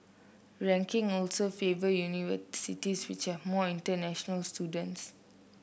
ranking also favour universities which have more international students